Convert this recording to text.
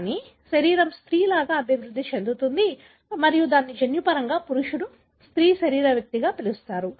కాబట్టి శరీరం స్త్రీగా అభివృద్ధి చెందుతుంది మరియు దానిని జన్యుపరంగా పురుషుడు స్త్రీ శరీర వ్యక్తిగా పిలుస్తారు